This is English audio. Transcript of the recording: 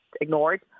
ignored